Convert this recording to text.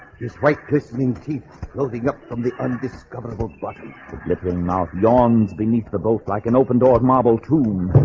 just right christening teeth floating up from the undiscoverable button flipping mouth dongs beneath the boat like an open door marble true